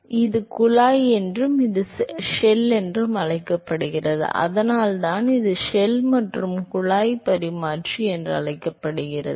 எனவே இது குழாய் என்றும் இது ஷெல் என்றும் அழைக்கப்படுகிறது அதனால்தான் இது ஷெல் மற்றும் குழாய் பரிமாற்றி என்று அழைக்கப்படுகிறது